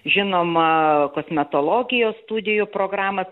žinoma kosmetologijos studijų programą